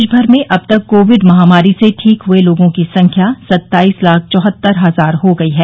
देश भर में अब तक कोविड महामारी से ठीक हुए लोगों की संख्या सत्ताईस लाख चौहत्तर हजार हो गयी है